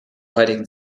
heutigen